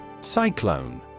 Cyclone